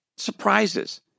surprises